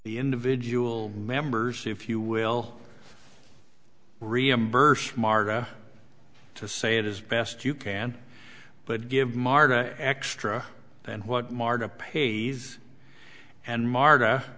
the individual members if you will reimburse marta to say it as best you can but give martha extra than what martha pays and mart